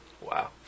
Wow